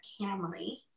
Camry